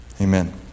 amen